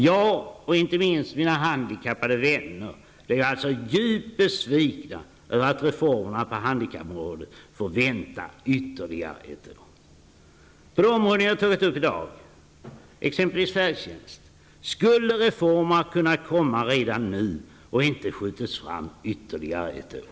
Jag och inte minst mina handikappade vänner blev alltså djupt besvikna över att reformerna på handikappområdet får vänta ytterligare ett år. På de områden jag tagit upp i dag, exempelvis färdtjänst, skulle reformer ha kunnat komma redan nu och inte skjutits fram ytterligare ett år.